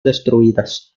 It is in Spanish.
destruidas